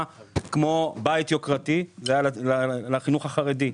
כמו בית יוקרתי היה לחינוך החרדי.